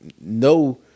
no